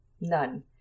none